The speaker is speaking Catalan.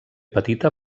petita